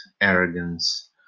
arrogance